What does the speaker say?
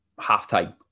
halftime